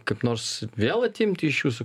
kaip nors vėl atimti iš jūsų